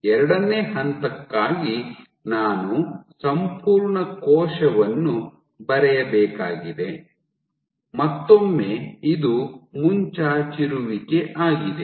ಎರಡನೇ ಹಂತಕ್ಕಾಗಿ ನಾನು ಸಂಪೂರ್ಣ ಕೋಶವನ್ನು ಬರೆಯಬೇಕಾಗಿದೆ ಮತ್ತೊಮ್ಮೆ ಇದು ಮುಂಚಾಚಿರುವಿಕೆ ಆಗಿದೆ